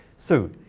so